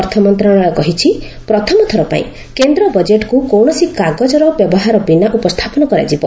ଅର୍ଥ ମନ୍ତ୍ରଶାଳୟ କହିଛି ପ୍ରଥମ ଥର ପାଇଁ କେନ୍ଦ୍ର ବଜେଟ୍କୁ କୌଣସି କାଗଜର ବ୍ୟବହାର ବିନା ଉପସ୍ଥାପନ କରାଯିବ